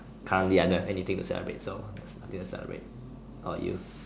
can't be I don't have anything to celebrate so just continue to celebrate what about you